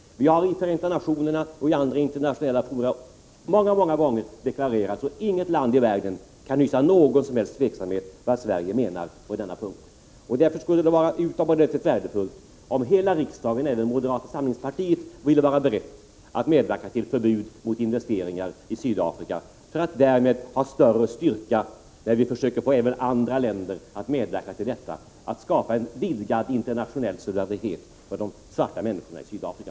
I Förenta nationerna och i andra internationella fora har vi otaliga gånger deklarerat detta, och inget land i världen kan därför hysa någon som helst tveksamhet om vad Sverige menar på denna punkt. Därför skulle det vara utomordentligt värdefullt om hela riksdagen, även moderata samlingspartiet, ville vara beredd att medverka till förbud mot investeringar i Sydafrika, så att vi därmed fick större styrka bakom våra försök att få även andra länder att medverka till att skapa en vidgad internationell solidaritet med de svarta människorna i Sydafrika.